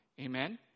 Amen